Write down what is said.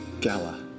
gala